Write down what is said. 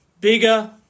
bigger